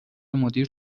مدیر